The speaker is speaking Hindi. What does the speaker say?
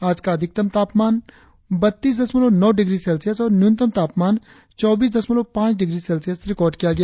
आज का अधिकतम तापमान बत्तीस दशमलव नौ डिग्री सेल्सियस और न्यूनतम तापमान चौबीस दशमलव पांच डिग्री सेल्सियस रिकार्ड किया गया